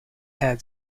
had